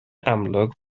amlwg